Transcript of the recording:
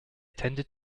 tended